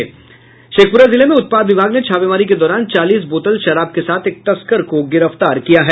शेखप्ररा जिले में उत्पाद विभाग ने छापेमारी के दौरान चालीस बोतल शराब के साथ एक तस्कर को गिरफ्तार किया है